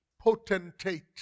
potentate